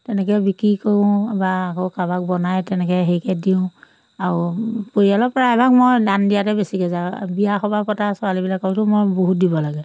তেনেকৈ বিক্ৰী কৰোঁ বা আকৌ কাৰোবাক বনাই তেনেকৈ হেৰিকৈ দিওঁ আৰু পৰিয়ালৰ প্ৰায়ভাগ মই দান দিয়াতে বেছিকৈ যাওঁ বিয়া সবাহ পতা ছোৱালীবিলাককতো মই বহুত দিব লাগে